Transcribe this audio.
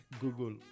google